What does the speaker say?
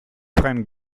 friend